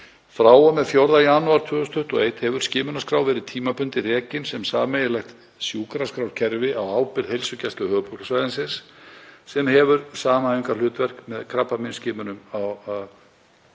Frá og með 4. janúar 2021 hefur skimunarskrá verið tímabundið rekin sem sameiginlegt sjúkraskrárkerfi á ábyrgð Heilsugæslu höfuðborgarsvæðisins sem hefur samhæfingarhlutverk með krabbameinsskimunum á